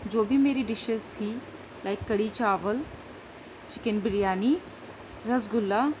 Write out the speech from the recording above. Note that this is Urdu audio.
جو بھی میری ڈشز تھی لائک کڑھی چاول چکن بریانی رسگلا